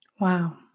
Wow